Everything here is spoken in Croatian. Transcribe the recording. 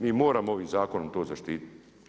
Mi moramo ovim zakonom to zaštiti.